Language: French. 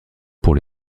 pour